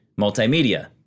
multimedia